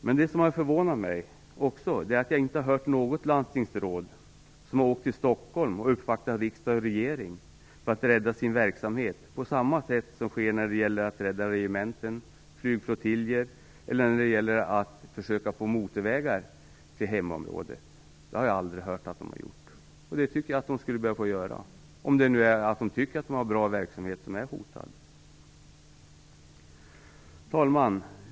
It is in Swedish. Men jag har inte hört något landstingsråd som har åkt till Stockholm och uppvaktat riksdag och regering för att rädda sin verksamhet på samma sätt som sker när det gäller att rädda regementen och flygflottiljer eller när det gäller att försöka få motorvägar byggda i hemområdet. Det har jag aldrig hört talas om. Men det skulle de nog behöva göra, om de nu tycker att de har en bra verksamhet och den är hotad. Fru talman!